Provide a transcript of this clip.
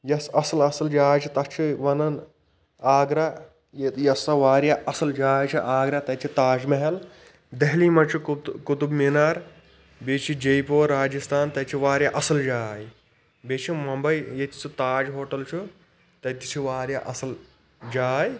یۄس اصل اصل جاے چھِ تتھ چھِ ونان آگرا یۄس سۄ واریاہ اصل جاے چھِ آگرا تتہِ چھِ تاج محل دہلی مَنٛز چھ کُتُب منار بیٚیہِ چھ جے پور راجِستان تتہِ چھِ واریاہ اصل جاے بیٚیہِ چھ ییٚتہِ سُہ تاج ہوٹَل چھُ تتہِ چھِ اصل جاے